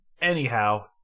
Anyhow